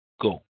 Go